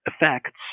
effects